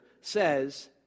says